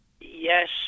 yes